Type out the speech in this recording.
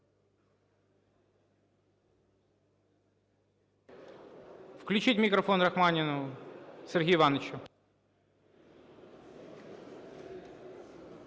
Включіть мікрофон Рахманіну Сергію Івановичу.